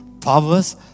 powers